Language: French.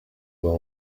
vingt